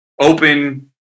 open